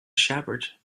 shepherd